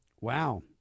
Wow